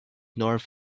north